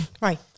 Right